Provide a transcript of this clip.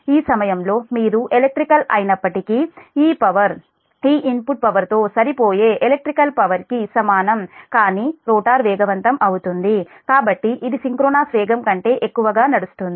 ఈ సమయంలో మీరు ఎలక్ట్రికల్ అయినప్పటికీ ఈ పవర్ ఈ ఇన్పుట్ పవర్ తో సరిపోయే ఎలక్ట్రికల్ పవర్కి సమానం కానీ రోటర్ వేగవంతం అవుతుంది కాబట్టి ఇది సింక్రోనస్ వేగం కంటే ఎక్కువగా నడుస్తుంది